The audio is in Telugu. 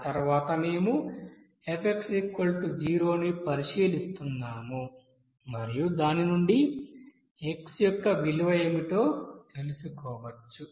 ఆ తర్వాత మేము f0 ని పరిశీలిస్తున్నాము మరియు దాని నుండి x యొక్క విలువ ఏమిటో తెలుసుకోవచ్చు